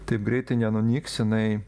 taip greit nenunyks jinai